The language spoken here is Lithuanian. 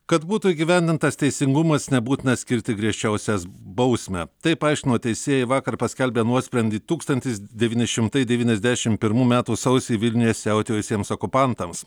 kad būtų įgyvendintas teisingumas nebūtina skirti griežčiausias bausmę taip paaiškino teisėjai vakar paskelbę nuosprendį tūkstantis devyni šimtai devyniasdešim pirmų metų sausį vilniuje siautėjusiems okupantams